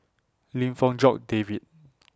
Lim Fong Jock David